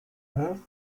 earth